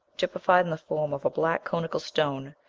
typified in the form of a black conical stone,